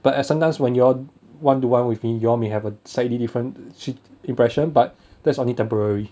but at some times when you all one to one with me you all may have a slightly different impression but that is only temporary